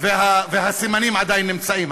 והסימנים עדיין נמצאים.